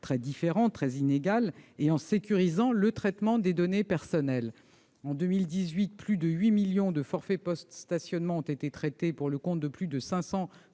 taille très inégale, et en sécurisant le traitement des données personnelles. En 2018, plus de 8 millions de forfaits post-stationnement ont été traités pour le compte de plus de 500